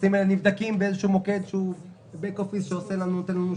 הטפסים נבדקים במוקד שנותן לנו שירותים.